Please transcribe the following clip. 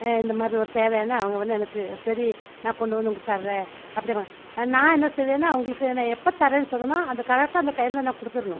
இந்த மாதிரி ஒரு தேவைன்னா அவங்க வந்து எனக்கு சரி நான் கொண்டு வந்து உங்களுக்கு தரேன் அப்படிம்பாங்க நான் என்ன செய்வேன்னா அவங்களுக்கு நான் எப்போ தரேன்னுசொன்னனோ அது கரெக்டாக அந்த டைமில் நான் கொடுத்துருணும்